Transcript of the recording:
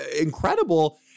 incredible